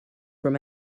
from